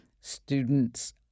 students